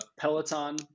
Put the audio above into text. Peloton